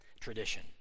tradition